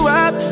up